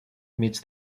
meets